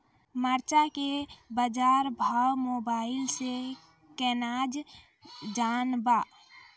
मरचा के बाजार भाव मोबाइल से कैनाज जान ब?